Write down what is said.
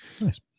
nice